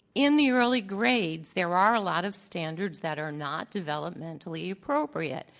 in the early grades, there are a lot of stan dards that are not developmentally appropriate,